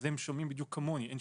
קודם כל,